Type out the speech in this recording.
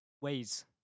ways